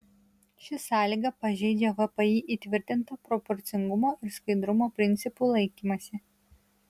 ši sąlyga pažeidžia vpį įtvirtintą proporcingumo ir skaidrumo principų laikymąsi